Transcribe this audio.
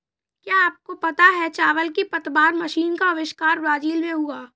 क्या आपको पता है चावल की पतवार मशीन का अविष्कार ब्राज़ील में हुआ